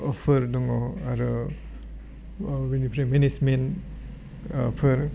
फोर दङो आरो बेनिफ्राय मेनेजमेन्ट फोर